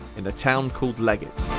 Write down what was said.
in a town called leggett.